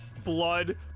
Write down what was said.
Blood